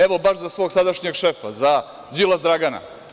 Evo, baš sada za svog sadašnjeg šefa, za Đilas Dragana.